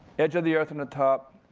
edge of the earth in the top.